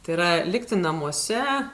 tai yra likti namuose